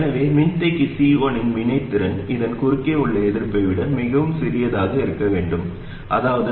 எனவே மின்தேக்கி C1 இன் வினைத்திறன் அதன் குறுக்கே உள்ள எதிர்ப்பை விட மிகவும் சிறியதாக இருக்க வேண்டும் அதாவது Rs R1 || R2